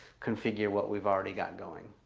configure what we've already got going